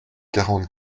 quarante